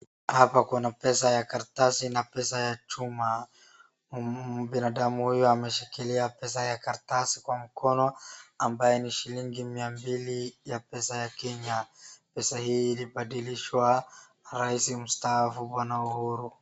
Hapa kuna pesa ya karatasi na pesa ya chuma. Binadamu huyu ameshikilia pesa ya karatasi kwa mkono ambaye ni shilingi miambili ya pesa ya Kenya. Pesa hii ilibadilishwa rais mustaafu bwana Uhuru.